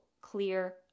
clear